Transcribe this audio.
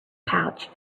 pouch